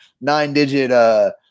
nine-digit